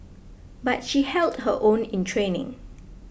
but she held her own in training